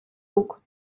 рук